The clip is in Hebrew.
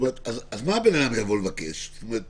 נגיד